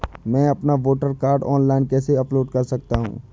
मैं अपना voter card online कैसे अपलोड कर सकता हूँ?